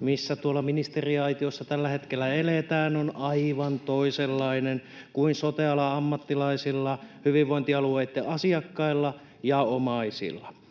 missä tuolla ministeriaitiossa tällä hetkellä eletään, on aivan toisenlainen kuin sote-alan ammattilaisilla, hyvinvointialueitten asiakkailla ja omaisilla.